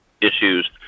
issues